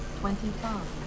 twenty-five